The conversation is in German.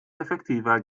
effektiver